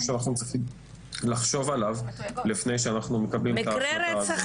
שאנחנו צריכים לחשוב עליו לפני שאנחנו מקבלים את ההחלטה הזאת.